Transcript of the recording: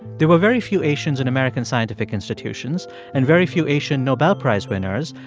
there were very few asians in american scientific institutions and very few asian nobel prize winners,